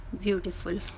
beautiful